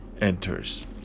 enters